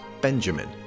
Benjamin